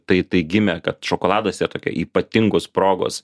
tai tai gimė kad šokoladas yra tokia ypatingos progos